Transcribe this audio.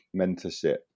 mentorship